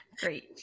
great